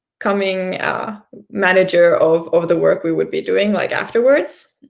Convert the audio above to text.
coming ah manager of of the work we would be doing like afterwards,